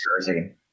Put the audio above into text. Jersey